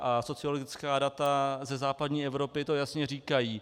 A sociologická data ze západní Evropy to jasně říkají.